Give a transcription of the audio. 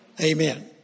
Amen